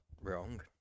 wrong